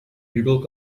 people